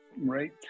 Right